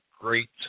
great